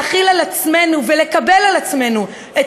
שנחיל על עצמנו ונקבל על עצמנו את